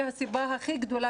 והסיבה הכי גדולה,